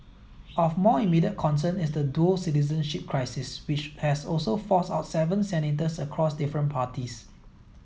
of more immediate concern is the dual citizenship crisis which has also forced out seven senators across different parties